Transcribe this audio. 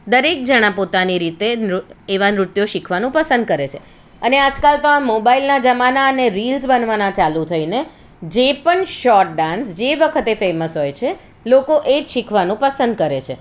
દરેક જાણા પોતાની રીતે એવા નૃત્યો શીખવાનું પસંદ કરે છે અને આજકાલ તો આ મોબાઇલના જમાના અને રિલ્સ બનાવવાના ચાલું થઈને જે પણ શૉટ ડાન્સ જે વખતે ફેમસ હોય છે લોકો એ જ શીખવાનું પસંદ કરે છે